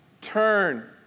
Turn